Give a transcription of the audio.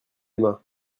aima